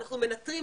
אנחנו מנטרים,